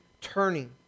turning